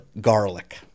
garlic